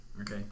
Okay